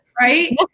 Right